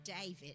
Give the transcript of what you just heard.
David